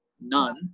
None